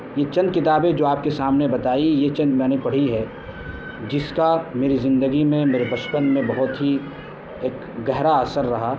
یہ چند کتابیں جو آپ کے سامنے بتائی یہ چند میں نے پڑھی ہے جس کا میری زندگی میں میرے بچپن میں بہت ہی ایک گہرا اثر رہا